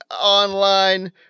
online